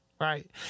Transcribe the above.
right